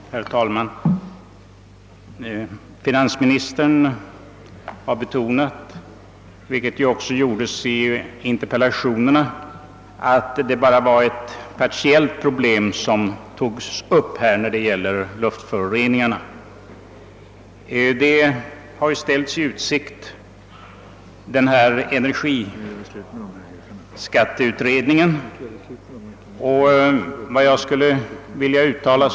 Herr talman! Finansministern har betonat, liksom också gjordes i interpellationerna, att det bara är ett partiellt problem som nu tagits upp beträffande luftföroreningarna. Det har ställts i utsikt att energiskatteutredningen skall ta upp dessa problem.